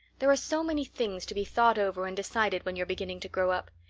there are so many things to be thought over and decided when you're beginning to grow up.